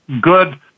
good